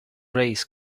race